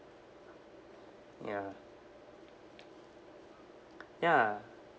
ya ya